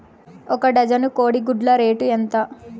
ఒక డజను కోడి గుడ్ల రేటు ఎంత?